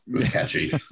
catchy